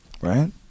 Right